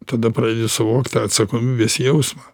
tada pradedi suvokt tą atsakomybės jausmą